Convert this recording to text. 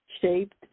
shaped